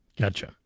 Gotcha